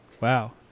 Wow